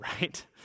right